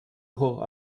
hoch